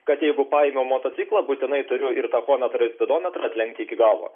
kad jeigu paėmiau motociklą būtinai turiu ir tachometrą ir spidometrą atlenkt iki galo